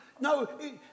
No